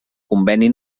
conveni